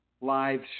live